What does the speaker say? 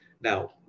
Now